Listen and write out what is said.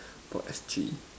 dot S G